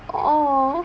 orh